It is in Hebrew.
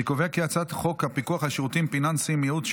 אני קובע כי הצעת חוק הפיקוח על שירותים פיננסיים (ייעוץ,